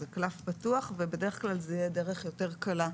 זה קלף פתוח ובדרך כלל זאת תהיה דרך יותר קלה,